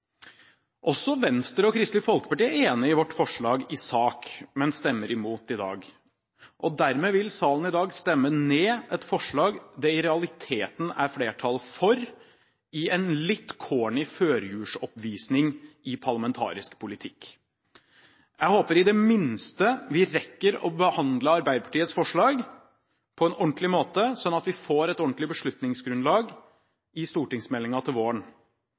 Også Venstre og Kristelig Folkeparti er enige i vårt forslag i sak, men stemmer imot i dag. Dermed vil salen i dag stemme ned et forslag det i realiteten er flertall for, i en litt corny førjulsoppvisning i parlamentarisk politikk. Jeg håper i det minste vi rekker å behandle Arbeiderpartiets forslag på en ordentlig måte, slik at vi får et ordentlig beslutningsgrunnlag i stortingsmeldingen til våren.